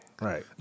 Right